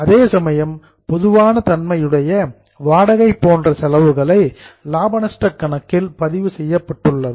அதேசமயம் பொதுவான தன்மையுடைய வாடகை போன்ற செலவுகளை லாப நஷ்ட கணக்கில் பதிவு செய்யப்பட்டுள்ளது